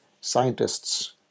scientists